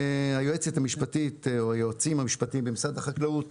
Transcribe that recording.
היועצת המשפטית או היועצים המשפטיים במשרד החקלאות